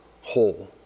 whole